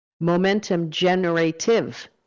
momentum-generative